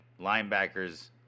linebackers